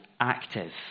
active